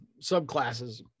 subclasses